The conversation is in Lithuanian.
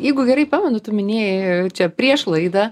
jeigu gerai pamenu tu minėjai čia prieš laidą